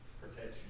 Protection